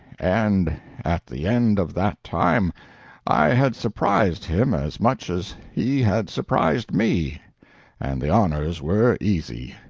and at the end of that time i had surprised him as much as he had surprised me and the honors were easy.